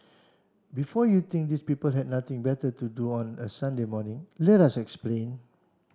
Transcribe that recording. before you think these people had nothing better to do on a Sunday morning let us explain